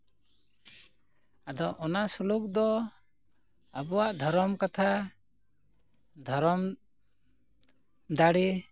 ᱟᱫᱚ ᱚᱱᱟ ᱥᱞᱳᱠ ᱫᱚ ᱟᱵᱚᱣᱟᱜ ᱫᱷᱚᱨᱚᱢ ᱠᱟᱛᱷᱟ ᱫᱷᱚᱨᱚᱢ ᱫᱟᱲᱮ